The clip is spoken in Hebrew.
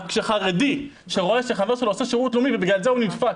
כשחרדי רואה שחבר שלו עושה שירות לאומי ובגלל זה הוא נדפק,